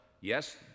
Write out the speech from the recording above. Yes